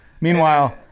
Meanwhile